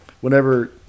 whenever